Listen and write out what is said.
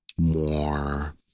more